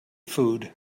food